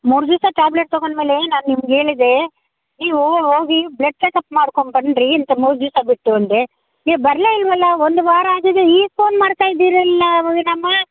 ಮೂರು ದಿವಸ ಟ್ಯಾಬ್ಲೆಟ್ ತೊಗೊಂಡ ಮೇಲೆ ನಾನು ನಿಮಗೆ ಹೇಳಿದೆ ನೀವು ಹೋಗಿ ಬ್ಲಡ್ ಚೆಕಪ್ ಮಾಡ್ಕೊಂಡು ಬನ್ನಿರಿ ಅಂತ ಮೂರು ದಿವಸ ಬಿಟ್ಟು ಅಂದೆ ನೀವು ಬರಲೇ ಇಲ್ವಲ್ಲ ಒಂದು ವಾರ ಆಗಿದೆ ಈಗ ಫೋನ್ ಮಾಡ್ತಾಯಿದ್ದೀರಲ್ಲ ಅಯ್ಯೋ ರಾಮಾ